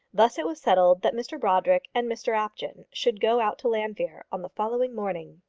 thus it was settled that mr brodrick and mr apjohn should go out to llanfeare on the following morning.